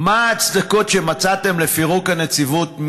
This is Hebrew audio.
4. מה ההצדקות שמצאתם לפירוק הנציבות,